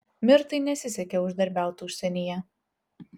mirtai nesisekė uždarbiaut užsienyje